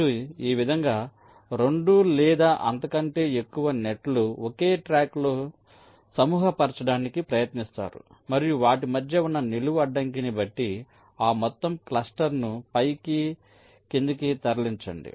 మీరు ఈ విధంగా 2 లేదా అంతకంటే ఎక్కువ నెట్ లు ఒకే ట్రాక్లో సమూహపరచడానికి ప్రయత్నిస్తారు మరియు వాటి మధ్య ఉన్న నిలువు అడ్డంకిని బట్టి ఆ మొత్తం క్లస్టర్ను పైకి క్రిందికి తరలించండి